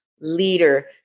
leader